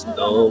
no